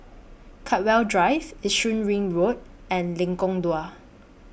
Chartwell Drive Yishun Ring Road and Lengkok Dua